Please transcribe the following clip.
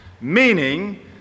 meaning